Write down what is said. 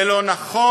זה לא נכון,